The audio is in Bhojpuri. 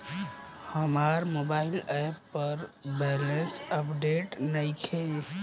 हमार मोबाइल ऐप पर बैलेंस अपडेट नइखे